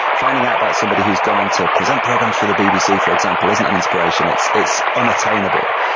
finding out about somebody who has gone on to present programs for the bbc for example isn't an inspiration, it's it's unattainable.